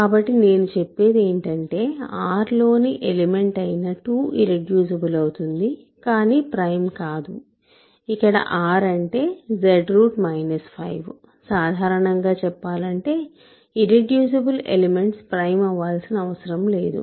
కాబట్టి నేను చెప్పేది ఏమిటంటే R లోని ఎలిమెంట్ అయిన 2 ఇర్రెడ్యూసిబుల్ అవుతుంది కానీ ప్రైమ్ కాదు ఇక్కడ R అంటే Z 5 సాధారణంగా చెప్పాలంటే ఇర్రెడ్యూసిబుల్ ఎలిమెంట్స్ ప్రైమ్ అవ్వాల్సిన అవసరం లేదు